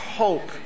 hope